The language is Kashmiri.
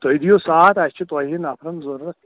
تُہۍ دِیوٗ ساتھ اَسہِ چھُ تۄہہِ ہِوۍ نفر ضروٗرت